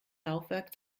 laufwerk